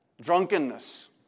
Drunkenness